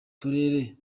turere